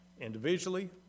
individually